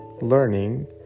learning